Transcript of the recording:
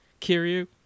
Kiryu